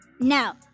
Now